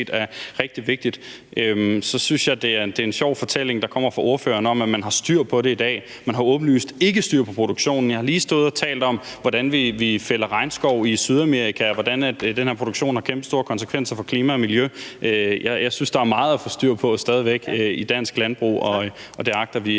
er rigtig vigtigt. Jeg synes, det er en sjov fortælling, der kommer fra ordføreren, om, at man har styr på det i dag. Man har åbenlyst ikke styr på produktionen. Jeg har lige stået og talt om, hvordan vi fælder regnskov i Sydamerika, og hvordan den her produktion har kæmpestore konsekvenser for klima og miljø. Jeg synes, at der stadig væk er meget at få styr på i dansk landbrug, og det agter vi